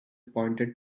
pointed